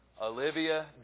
Olivia